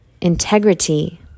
integrity